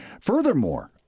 Furthermore